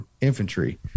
infantry